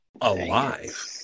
alive